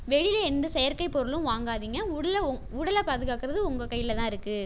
வெளியில் எந்த செயற்கைப் பொருளும் வாங்காதீங்கள் உடல் உங் உடல் பாதுகாக்கிறது உங்கள் கையில் தான் இருக்குது